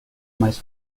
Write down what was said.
mais